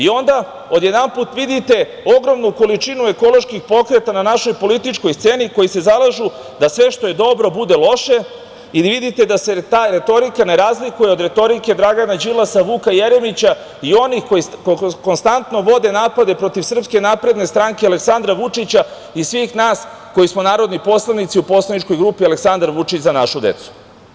Onda, odjednom vidite ogromnu količinu ekoloških pokreta na našoj političkoj sceni koji se zalažu da sve što je dobro bude loše, i vidite da se ta retorika ne razlikuje od retorike Dragana Đilasa, Vuka Jeremića, i onih koji konstantno vode napade protiv SNS, Aleksandra Vučića i svih nas koji smo narodni poslanici u poslaničkoj grupi Aleksandar Vučić-Za našu decu.